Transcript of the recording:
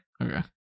Okay